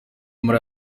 muri